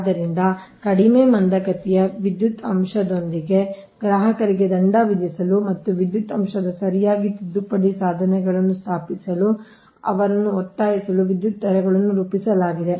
ಆದ್ದರಿಂದ ಕಡಿಮೆ ಮಂದಗತಿಯ ವಿದ್ಯುತ್ ಅಂಶದೊಂದಿಗೆ ಗ್ರಾಹಕರಿಗೆ ದಂಡ ವಿಧಿಸಲು ಮತ್ತು ವಿದ್ಯುತ್ ಅಂಶದ ಸರಿಯಾದ ತಿದ್ದುಪಡಿ ಸಾಧನಗಳನ್ನು ಸ್ಥಾಪಿಸಲು ಅವರನ್ನು ಒತ್ತಾಯಿಸಲು ವಿದ್ಯುತ್ ದರಗಳನ್ನು ರೂಪಿಸಲಾಗಿದೆ